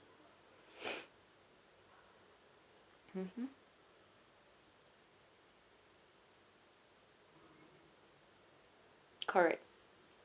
mmhmm correct